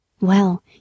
Well